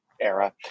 era